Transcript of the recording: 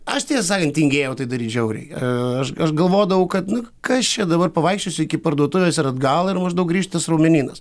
aš tiesą sakant tingėjau tai daryt žiauriai aš aš galvodavau kad nu kas čia dabar pavaikščiosiu iki parduotuvės ir atgal ir maždaug grįš tas raumenynas